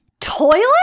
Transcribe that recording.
toilet